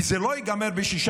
כי זה לא ייגמר ב-6.6%,